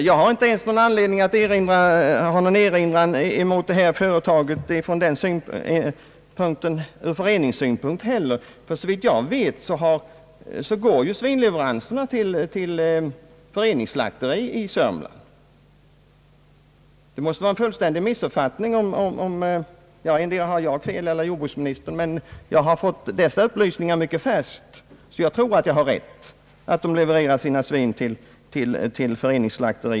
Jag har inte heller någon anledning tili erinran mot detta företag ur föreningssynpunkt — såvitt jag vet, går svinleveranserna till föreningsslakteriet i Sörmland. Antingen har jag fel eller jordbruksministern, men de upplysningar jag fått är mycket färska och jag tror att det är riktigt att svinen levereras till detta slakteri.